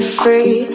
free